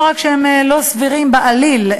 לא רק שהם לא סבירים בעליל,